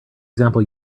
example